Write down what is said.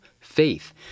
faith